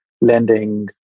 lending